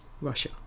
Russia